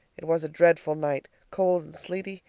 it was a dreadful night, cold and sleety,